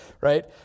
Right